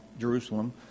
Jerusalem